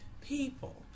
people